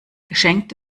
geschenkt